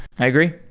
i agree.